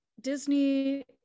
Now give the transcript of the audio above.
Disney